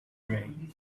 array